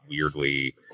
weirdly